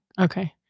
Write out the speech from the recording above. okay